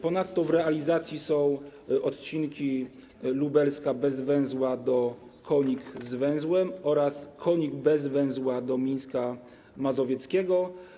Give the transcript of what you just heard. Ponadto w realizacji są odcinki Lubelska bez węzła do Konika z węzłem oraz Konik bez węzła do Mińska Mazowieckiego.